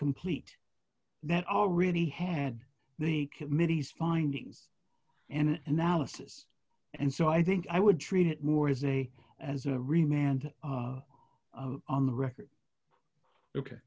complete that already had the committee's findings and analysis and so i think i would treat it more as a as a remand on the record ok